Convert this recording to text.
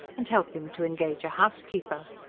and help him to engage a housekeeper.